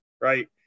right